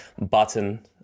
button